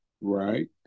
Right